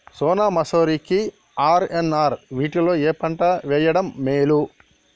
సోనా మాషురి కి ఆర్.ఎన్.ఆర్ వీటిలో ఏ పంట వెయ్యడం మేలు?